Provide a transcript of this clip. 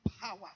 power